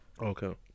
Okay